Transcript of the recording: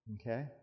Okay